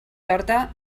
torta